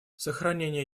сохранение